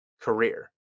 career